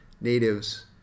Natives